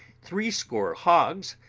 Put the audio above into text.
threescore hogs,